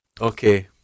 Okay